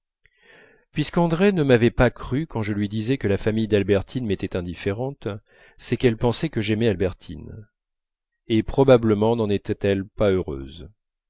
puisque andrée ne m'avait pas cru quand je lui disais que la famille d'albertine m'était indifférente c'est qu'elle pensait que j'aimais albertine et probablement n'en était-elle pas heureuse